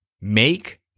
make